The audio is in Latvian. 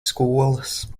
skolas